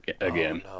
again